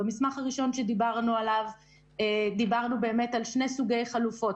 במסמך הראשון שדיברנו עליו דיברנו על שני סוגי חלופות,